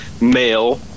male